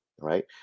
right